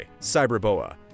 Cyberboa